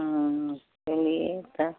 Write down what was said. चलिए तो